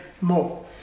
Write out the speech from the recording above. more